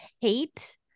hate